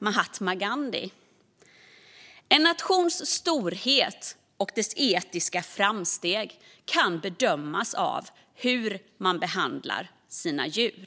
Mahatma Gandhi sa: En nations storhet och dess etiska framsteg kan bedömas av hur man behandlar sina djur.